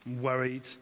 worried